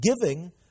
Giving